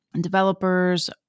developers